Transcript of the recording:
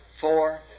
four